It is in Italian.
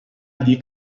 gli